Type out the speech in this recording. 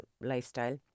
lifestyle